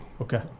Okay